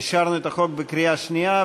אישרנו את החוק בקריאה שנייה,